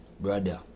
brother